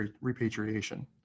repatriation